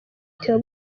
theo